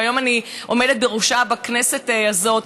שהיום אני עומדת בראשה בכנסת הזאת,